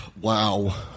Wow